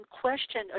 question